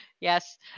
Yes